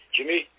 Jimmy